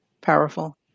powerful